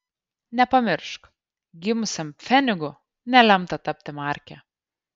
nepamiršk gimusiam pfenigu nelemta tapti marke